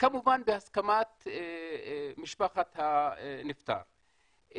כמובן בהסכמת משפחת הנפטר.